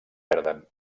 perden